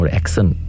accent